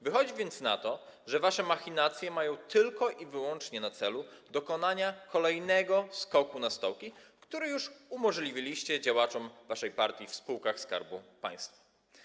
Wychodzi więc na to, że wasze machinacje mają na celu tylko i wyłącznie dokonanie kolejnego skoku na stołki, który już umożliwiliście działaczom waszej partii w spółkach Skarbu Państwa.